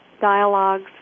Dialogues